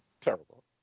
terrible